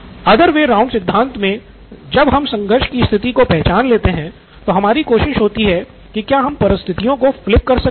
other way round सिद्धांत मे जब हम संघर्ष की स्थिति को पहचान लेते हैं तो हमारी कोशिश होती है की क्या हम परिस्थितियों को फ्लिप कर सकते हैं